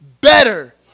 better